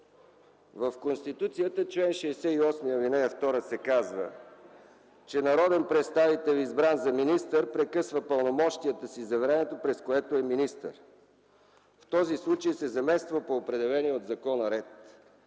В Конституцията в чл. 68, ал. 2 се казва, че народен представител, избран за министър, прекъсва пълномощията си за времето, през което е министър. В този случай се замества по определения от закона ред.